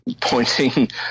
pointing